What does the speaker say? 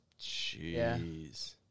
Jeez